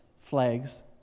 flags